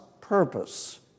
purpose